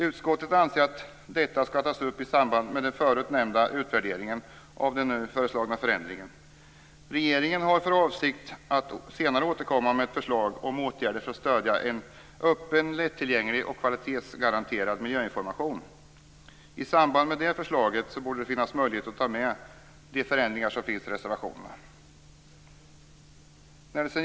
Utskottet anser att detta skall tas upp i samband med den förut nämnda utvärderingen av den nu föreslagna förändringen. Regeringen har för avsikt att senare återkomma med ett förslag om åtgärder för att stödja en öppen, lättillgänglig och kvalitetsgaranterad miljöinformation. I samband med det förslaget borde det finnas möjlighet att ta med de förändringar som föreslås i reservationerna.